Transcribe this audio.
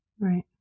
Right